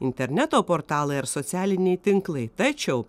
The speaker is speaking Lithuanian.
interneto portalai ar socialiniai tinklai tačiau